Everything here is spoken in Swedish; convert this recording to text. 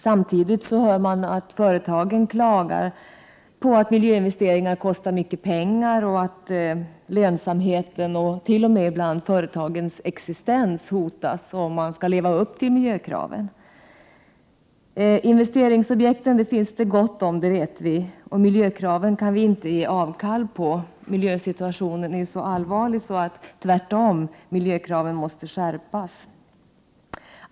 Samtidigt hör man att företagen klagar på att miljöinvesteringar kostar mycket pengar och att lönsamheten och ibland t.o.m. företagens existens hotas om man skall leva upp till miljökraven. Investeringsobjekt finns det gott om, det vet vi. Vi kan inte ge avkall på miljökraven. Miljösituationen är så allvarlig att miljökraven tvärtom måste skärpas.